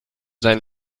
sein